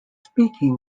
speaking